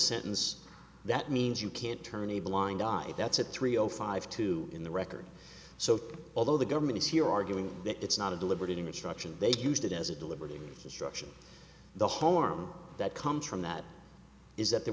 sentence that means you can't turn a blind eye that's at three o five two in the record so although the government is here arguing that it's not a deliberate image struction they used it as a deliberate destruction the home that comes from that is that there